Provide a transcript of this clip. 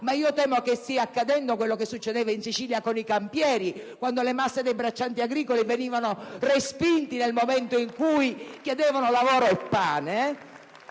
ma io temo che stia accadendo quello che succedeva in Sicilia con i "campieri", quando le masse dei braccianti agricoli venivano respinte nel momento in cui chiedevano lavoro e pane.